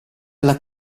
alla